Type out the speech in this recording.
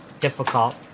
difficult